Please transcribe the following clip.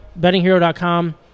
bettinghero.com